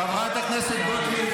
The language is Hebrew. חבר הכנסת עטאונה,